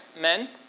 men